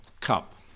cup